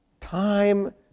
time